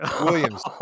Williams